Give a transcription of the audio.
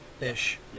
ish